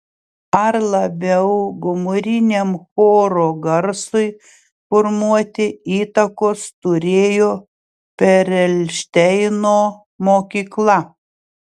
ar labiau gomuriniam choro garsui formuoti įtakos turėjo perelšteino mokykla